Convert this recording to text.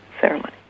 ceremony